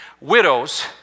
Widows